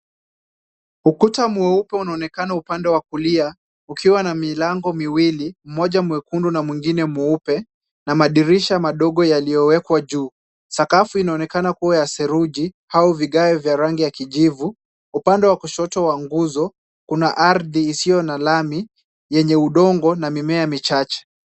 Ukuta mweupe unaonekana upande wa kulia ukiwa na milango miwili, mmoja mwekundu na mwingine mweupe na madirisha madogo yaliyowekwa juu. Sakafu inaonekana kuwa ya seruji au vigae vya rangi ya kijivu. Upande wa kushoto wa nguzo kuna ardhi isiyo na lami yenye udongo na mimea michache.